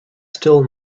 still